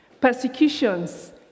persecutions